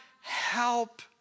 help